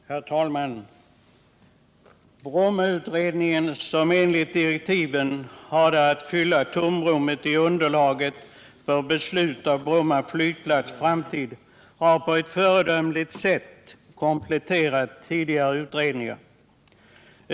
Herr talman! Brommautredningen, som enligt direktiven hade att fylla tomrummet i underlaget för ett beslut om Bromma flygplats framtid, har på ett föredömligt sätt kompletterat tidigare utredningar.